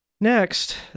Next